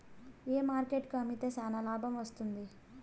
ఏ market కు అమ్మితే చానా లాభం వస్తుంది?